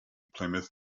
plymouth